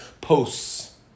posts